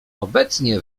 obecnie